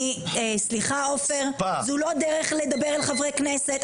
סליחה עופר, זו לא דרך לדבר אל חברי כנסת.